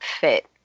fit